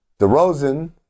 DeRozan